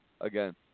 Again